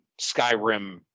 Skyrim